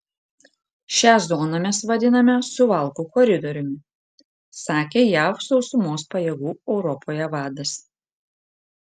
šią zoną mes vadiname suvalkų koridoriumi sakė jav sausumos pajėgų europoje vadas